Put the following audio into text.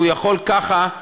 והוא יכול לדבר,